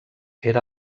era